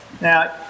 Now